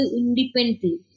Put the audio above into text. independently